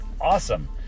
awesome